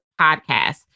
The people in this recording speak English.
podcast